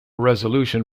resolution